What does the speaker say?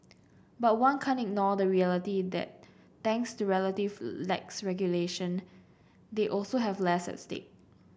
but one can't ignore the reality that thanks to relative lax regulation they also have less at stake